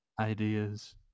ideas